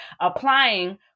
applying